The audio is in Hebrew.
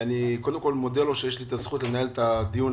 אני מודה לו שיש לי את הזכות לנהל את הדיון.